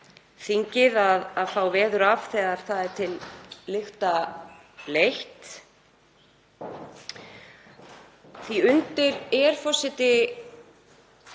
þingið að fá veður af þegar það er til lykta leitt. Undir er mjög